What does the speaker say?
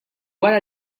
wara